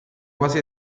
quasi